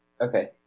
Okay